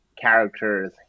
characters